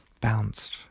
bounced